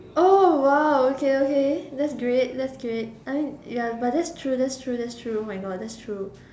oh !wow! okay okay that's great that's great I mean yes but that's true that's true that's true oh my god that's true